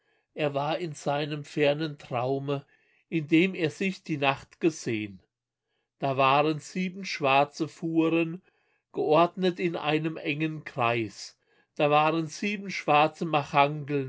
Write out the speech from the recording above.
er war in seinem fernen traume in dem er sich die nacht geseh'n da waren sieben schwarze fuhren geordnet in einem engen kreis da waren sieben schwarze